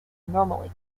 normally